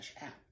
app